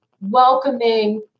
welcoming